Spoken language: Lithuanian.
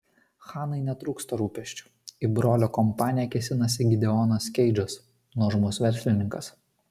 hanai netrūksta rūpesčių į brolio kompaniją kėsinasi gideonas keidžas nuožmus verslininkas